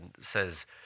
says